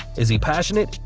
is he passionate?